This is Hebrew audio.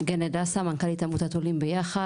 גנט דסה מנכ"לית עמותת עולים ביחד.